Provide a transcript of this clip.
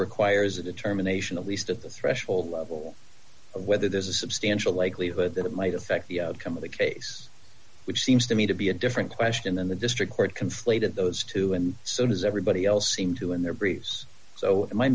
requires a determination of least at the threshold level of whether there's a substantial likelihood that it might affect the outcome of the case which seems to me to be a different question than the district court conflated those two and so does everybody else seem to in their briefs so am i